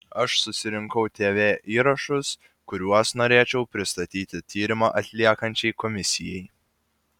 aš susirinkau tv įrašus kuriuos norėčiau pristatyti tyrimą atliekančiai komisijai